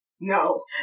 No